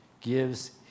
gives